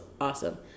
awesome